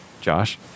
josh